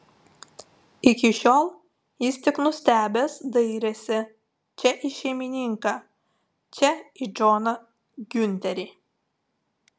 iki šiol jis tik nustebęs dairėsi čia į šeimininką čia į džoną giunterį